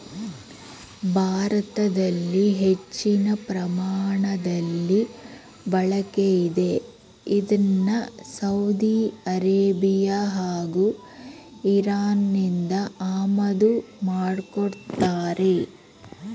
ಭಾರತದಲ್ಲಿ ಹೆಚ್ಚಿನ ಪ್ರಮಾಣದಲ್ಲಿ ಬಳಕೆಯಿದೆ ಇದ್ನ ಸೌದಿ ಅರೇಬಿಯಾ ಹಾಗೂ ಇರಾನ್ನಿಂದ ಆಮದು ಮಾಡ್ಕೋತಾರೆ